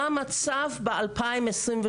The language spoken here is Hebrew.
המצב ב-2023,